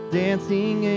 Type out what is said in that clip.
dancing